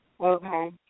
Okay